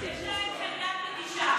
אדוני היושב-ראש,